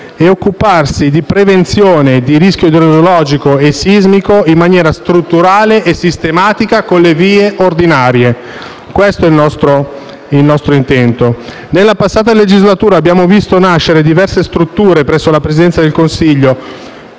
e occuparsi di prevenzione di rischio idrogeologico e sismico in maniera strutturale e sistematica con le vie ordinarie. Questo è il nostro intento. Nella passata legislatura abbiamo visto nascere diverse strutture presso la Presidenza del consiglio,